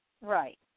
Right